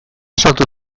sortu